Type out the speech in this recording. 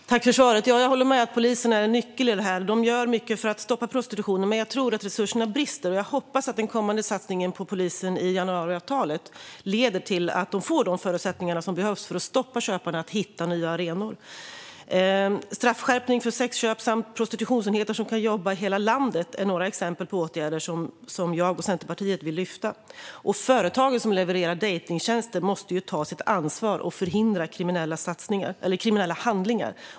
Fru talman! Tack, ministern, för svaret! Jag håller med om att polisen är en nyckel i det här. De gör mycket för att stoppa prostitutionen, men jag tror att resurserna brister. Jag hoppas att den kommande satsningen på polisen i januariavtalet leder till att polisen får de förutsättningar som behövs för att stoppa köparna från att hitta nya arenor. Straffskärpning när det gäller sexköp samt prostitutionsenheter som kan jobba i hela landet är några exempel på åtgärder som jag och Centerpartiet vill lyfta fram. Och de företag som levererar dejtingtjänster måste ta sitt ansvar och förhindra kriminella handlingar.